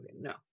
no